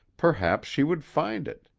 perhaps she would find it.